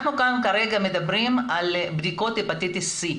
אנחנו כאן כרגע מדברים על בדיקות הפטיטיס סי.